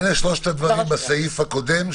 היא גם קובעת לגביו ספציפית איזה מגבלות